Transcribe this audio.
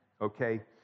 okay